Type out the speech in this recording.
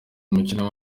umukinnyi